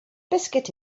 biscuit